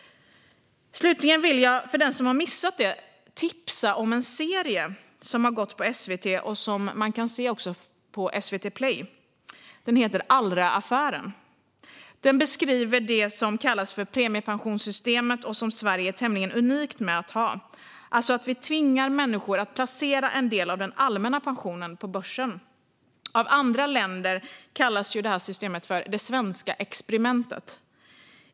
Slutligen vill jag för den som har missat det tipsa om en serie som har gått på SVT och som man även kan se på SVT Play. Den heter Allra-affären . Den beskriver det som kallas premiepensionssystemet och som Sverige är tämligen unikt med att ha. Det innebär att vi tvingar människor att placera en del av den allmänna pensionen på börsen. Av andra länder kallas detta system för det svenska experimentet.